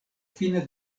fine